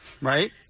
right